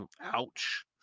Ouch